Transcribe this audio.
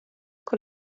con